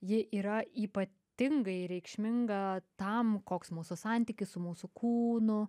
ji yra ypatingai reikšminga tam koks mūsų santykis su mūsų kūnu